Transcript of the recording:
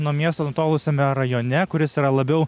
nuo miesto nutolusiame rajone kuris yra labiau